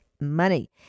money